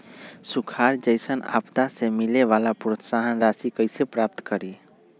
सुखार जैसन आपदा से मिले वाला प्रोत्साहन राशि कईसे प्राप्त करी?